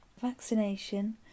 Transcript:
Vaccination